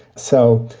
so,